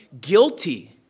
guilty